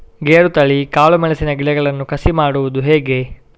ಗೇರುತಳಿ, ಕಾಳು ಮೆಣಸಿನ ಗಿಡಗಳನ್ನು ಕಸಿ ಮಾಡುವುದು ಹೇಗೆ?